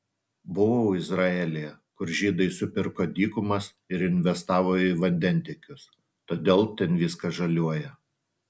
buvau izraelyje kur žydai supirko dykumas ir investavo į vandentiekius todėl ten viskas žaliuoja